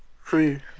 Free